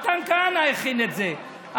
מתן כהנא הכין את זה.